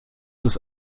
ist